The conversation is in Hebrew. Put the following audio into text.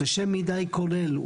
זה שם מדי כולל.